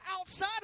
outside